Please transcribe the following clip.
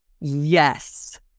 Yes